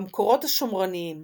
במקורות השומרוניים